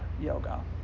yoga